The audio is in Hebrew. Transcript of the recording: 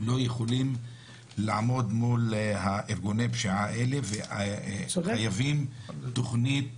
הם לא יכולים לעמוד מול ארגוני הפשיעה האלה וחייבים תוכנית